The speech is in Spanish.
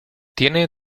tiene